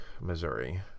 Missouri